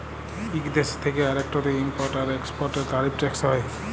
ইক দ্যেশ থ্যাকে আরেকটতে ইমপরট আর একেসপরটের তারিফ টেকস হ্যয়